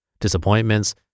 disappointments